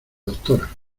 doctora